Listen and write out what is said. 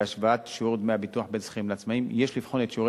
בהשוואת שיעור דמי הביטוח בין שכירים לעצמאים יש לבחון את שיעור